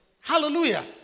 Hallelujah